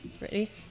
Ready